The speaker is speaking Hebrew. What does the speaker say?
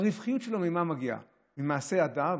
ממה מגיעה הרווחיות שלו,